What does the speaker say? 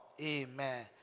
Amen